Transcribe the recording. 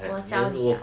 我教你啊